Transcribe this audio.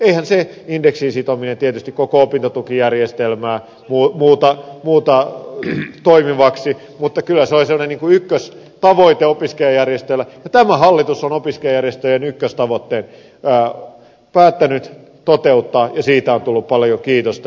eihän se indeksiin sitominen tietysti koko opintotukijärjestelmää muuta toimivaksi mutta kyllä se oli semmoinen niin kuin ykköstavoite opiskelijajärjestöillä ja tämä hallitus on opiskelijajärjestöjen ykköstavoitteen päättänyt toteuttaa ja siitä on tullut paljon kiitosta